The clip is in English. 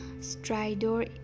stridor